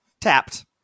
Tapped